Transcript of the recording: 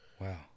Wow